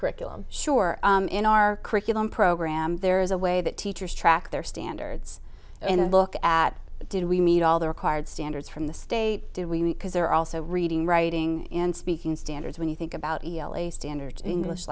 curriculum sure in our curriculum program there is a way that teachers track their standards and look at did we meet all the required standards from the state did we because they're also reading writing and speaking standards when you think about a standard english